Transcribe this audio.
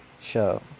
show